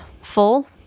full